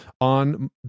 on